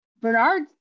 Bernard